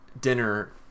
dinner